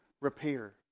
repair